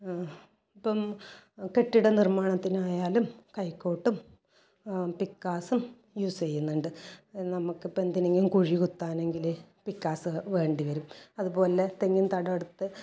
ഇപ്പം കെട്ടിട നിർമാണത്തിനായാലും കൈക്കോട്ടും പിക്കാസും യൂസ് ചെയ്യുന്നുണ്ട് നമുക്കിപ്പോൾ എന്തിനെങ്കിലും കുഴി കുത്താനെങ്കിൽ പിക്കാസ് വേണ്ടി വരും അതുപോലെ തെങ്ങിൻ തടമെടുത്ത്